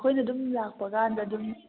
ꯑꯩꯈꯣꯏꯅ ꯑꯗꯨꯝ ꯂꯥꯛꯄ ꯀꯥꯟꯗ ꯑꯗꯨꯝ